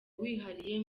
wihariye